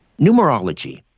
Numerology